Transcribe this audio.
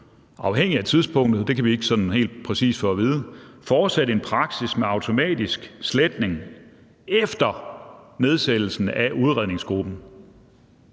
afhængig af tidspunktet – det kan vi ikke sådan helt præcis få at vide – en praksis med automatisk sletning efter nedsættelsen af udredningsgruppen.